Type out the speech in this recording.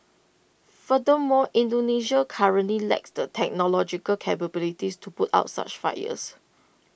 furthermore Indonesia currently lacks the technological capabilities to put out such fires